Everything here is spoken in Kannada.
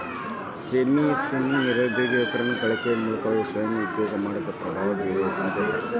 ಸೇಡ್ ಮನಿ ಸ್ಕೇಮ್ ನಿರುದ್ಯೋಗಿ ಯುವಕರನ್ನ ಗಳಿಕೆಯ ಮೂಲವಾಗಿ ಸ್ವಯಂ ಉದ್ಯೋಗ ಮಾಡಾಕ ಪ್ರಭಾವ ಬೇರ್ತದ